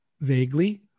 Vaguely